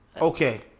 Okay